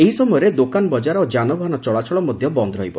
ଏହି ସମୟରେ ଦୋକାନବଜାର ଓ ଯାନବାହନ ଚଳାଚଳ ମଧ ବନ୍ଦ ରହିବ